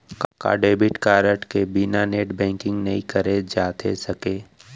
का debit card के बिना नेट बैंकिंग नई करे जाथे सके?